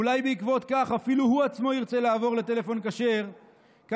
אולי בעקבות כך אפילו הוא עצמו ירצה לעבור לפלאפון כשר כאשר